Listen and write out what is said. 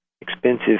expensive